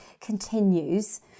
continues